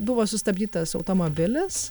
buvo sustabdytas automobilis